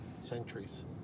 centuries